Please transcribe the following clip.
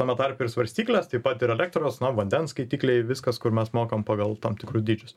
tame tarpe ir svarstyklės taip pat ir elektros vandens skaitikliai viskas kur mes mokam pagal tam tikrus dydžius